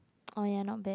oh ya not bad